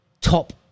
top